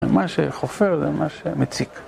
מה שחופר זה מה שמציק